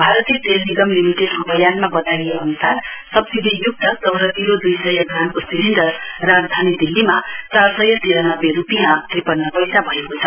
भारतीय तेल निगम लिमिटेडको बयानमा बताइए अन्सार सब्सिडीयुक्त चौध किलो दुई सय ग्रामको सिलिण्डर राजधानी दिल्लीमा चार सय तिरानब्बे रूपियाँ त्रिपन्न पैसा भएको छ